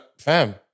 Fam